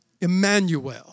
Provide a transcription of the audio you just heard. Emmanuel